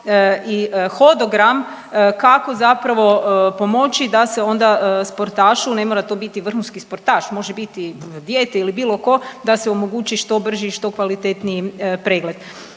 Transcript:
i hodogram kako zapravo pomoći da se onda sportašu, ne mora to biti vrhunski sportaš može biti dijete ili bilo ko, da se omogući što brži i što kvalitetniji pregled.